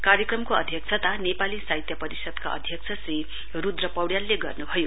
कार्यक्रमको अध्यक्षता नेपाली साहित्य परिषदका अध्यक्ष श्री रूद्र पौड्यालले गर्नुभयो